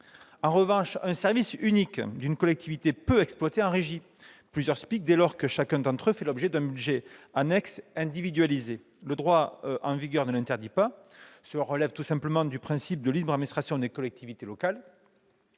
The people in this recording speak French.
En revanche, un service unique d'une collectivité peut exploiter, en régie, plusieurs SPIC, dès lors que chacun d'entre eux fait l'objet d'un budget annexe individualisé. Le droit en vigueur ne l'interdit pas, cela relève tout simplement du principe de libre administration des collectivités locales.